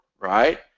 right